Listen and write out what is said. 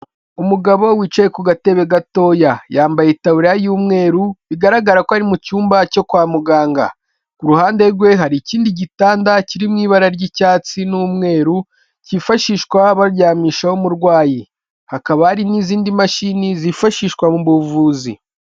Umugabo wicaye ku gatebe gatoya yambaye itaburiya y'umweru, bigaragara ko ari mu cyumba cyo kwa muganga ku ruhande rwe hari ikindi gitanda kiri mu ibara ry'icyatsi n'umweru, cyifashishwa baryamishaho umurwayi hakaba hari n'izindi mashini zifashishwa mu buvuzi.